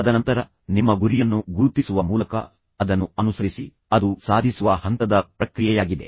ತದನಂತರ ನಿಮ್ಮ ಗುರಿಯನ್ನು ಗುರುತಿಸುವ ಮೂಲಕ ಅದನ್ನು ಅನುಸರಿಸಿ ಅದು ನಿಮ್ಮ ದೃಷ್ಟಿಯನ್ನು ಸಾಧಿಸುವ ಹಂತ ಹಂತದ ಪ್ರಕ್ರಿಯೆಯಾಗಿದೆ